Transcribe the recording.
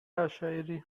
عشایری